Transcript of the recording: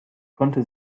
konnte